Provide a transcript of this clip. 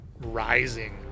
rising